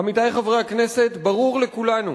עמיתי חברי הכנסת, ברור לכולנו